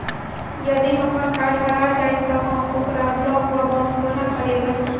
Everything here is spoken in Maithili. यदि हम्मर कार्ड हरा जाइत तऽ हम ओकरा ब्लॉक वा बंद कोना करेबै?